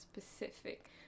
specific